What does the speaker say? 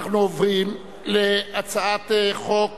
עכשיו אנחנו עוברים להצעת חוק